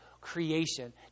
creation